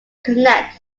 connect